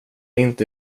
inte